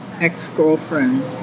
ex-girlfriend